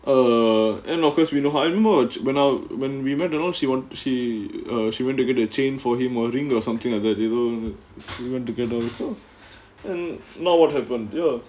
err and of course we know அவ என்னமோ:ava ennamo when I when we went around she want she err she went to get a chain for him or ring or something like that you know we went together with her and now what happened ya